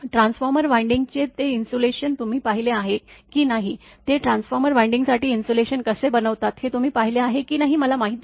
transformer वाइंडिंगचे ते insulation तुम्ही पाहिले आहे की नाही ते ट्रान्सफॉर्मर वाइंडिंगसाठी इन्सुलेशन कसे बनवतात हे तुम्ही पाहिले आहे की नाही मला माहीत नाही